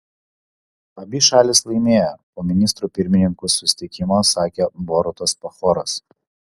abi šalys laimėjo po ministrų pirmininkų susitikimo sakė borutas pahoras